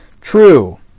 True